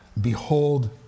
Behold